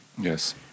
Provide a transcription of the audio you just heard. Yes